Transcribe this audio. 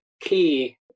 key